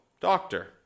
doctor